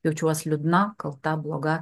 jaučiuos liūdna kalta bloga